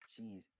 Jeez